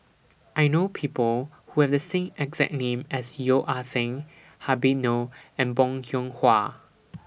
I know People Who Have The same exact name as Yeo Ah Seng Habib Noh and Bong Hiong Hwa